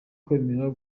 kwemera